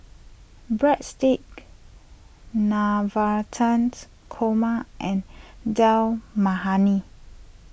Breadsticks Navratans Korma and Dal Makhani